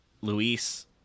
Luis